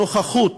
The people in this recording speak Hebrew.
הנוכחות